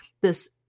This